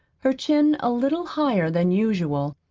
her chin a little higher than usual.